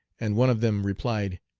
and one of them replied,